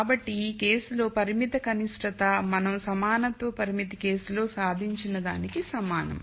కాబట్టి ఈ కేసు లో పరిమిత కనిష్ఠత మనం సమానత్వ పరిమితి కేసులో సాధించినదానికి సమానం